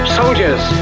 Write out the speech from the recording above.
soldiers